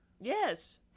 Yes